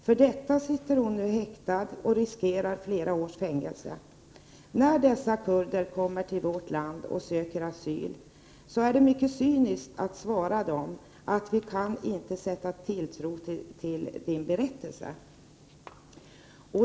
För detta sitter hon nu häktad och riskerar flera års fängelse. När dessa kurder kommer till vårt land och söker asyl är det mycket cyniskt att svara dem att vi inte kan sätta tilltro till deras berättelser.